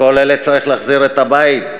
לכל אלה צריך להחזיר את הבית.